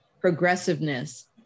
progressiveness